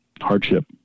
Hardship